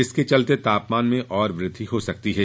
इसके चलते तापमान में और वृद्वि हो सकती है